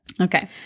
Okay